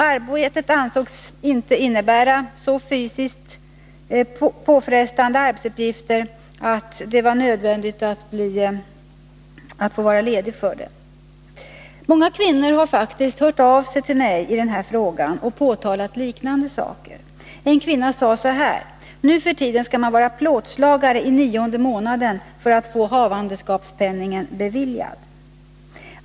Arbetet ansågs inte innebära så fysiskt påfrestande arbetsuppgifter att det var nödvändigt att få vara ledig från det. Många kvinnor har faktiskt hört av sig till mig i den här frågan och påtalat liknande saker. En kvinna sade så här: Nu för tiden skall man vara plåtslagare i nionde månaden för att få havandeskapspenningen beviljad.